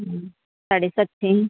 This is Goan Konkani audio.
साडे सातशीं